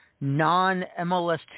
non-MLS